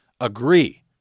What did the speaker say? agree